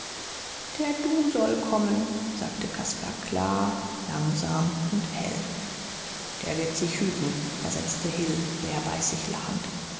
der du soll kommen sagte caspar klar langsam und hell der wird sich hüten versetzte hill bärbeißig lachend